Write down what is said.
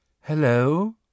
Hello